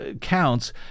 counts